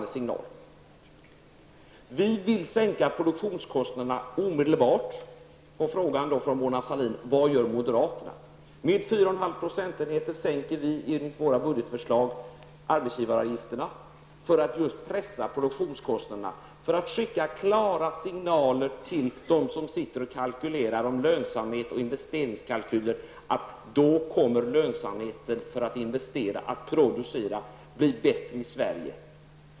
Vi vill omedelbart sänka produktionskostnaderna -- på frågan från Mona Sahlin om vad moderaterna gör. Enligt våra budgetförslag sänker vi arbetsgivaravgifterna med 4,5 procentenheter för att pressa produktionskostnaderna. Det är för att skicka klara signaler till dem som sitter och kalkylerar om lönsamhet och gör investeringskalkyler. Lönsamheten för att investera och producera skall bli bättre i Sverige.